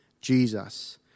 Jesus